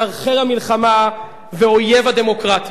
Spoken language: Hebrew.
מחרחר המלחמה ואויב הדמוקרטיה.